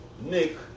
Nick